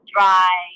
Dry